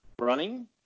running